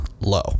low